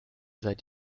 seit